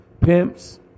Pimps